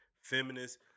Feminists